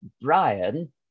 Brian